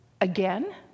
again